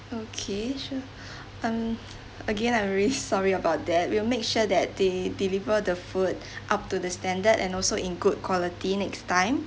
okay sure mm again I'm very sorry about that will make sure that they deliver the food up to the standard and also in good quality next time